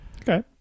Okay